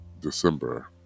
December